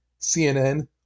CNN